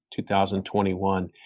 2021